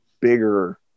bigger